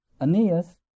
Aeneas